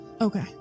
Okay